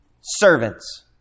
Servants